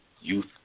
youth